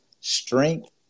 strength